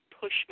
push